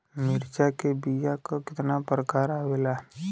मिर्चा के बीया क कितना प्रकार आवेला?